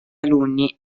alunni